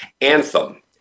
Anthem